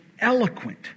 eloquent